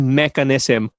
mechanism